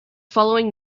following